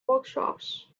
workshops